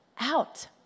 out